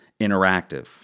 Interactive